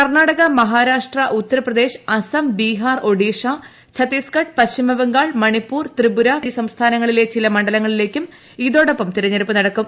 കർണാടക മഹാരാഷ്ട്ര ഉത്തർപ്രദേശ് അസം ബീഹാർ ഒഡീഷ ഛത്തീസ്ഗഡ് പശ്ചിമബംഗാൾ മണിപ്പൂർ ത്രിപുര എന്നീ സംസ്ഥാനങ്ങളിലെ ചില മണ്ഡലങ്ങളിലേക്കും ഇതോടൊപ്പം തെരഞ്ഞെടുപ്പ് നടക്കും